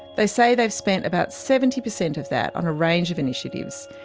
they say they have spent about seventy percent of that on a range of initiatives,